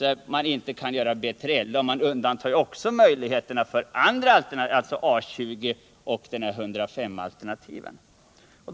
att man inte kan göra B3LA. Man tar också bort möjligheterna att utveckla andra alternativ, alltså A 20 och en ny version av skolplanet 105.